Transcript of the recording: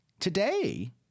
Today